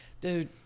dude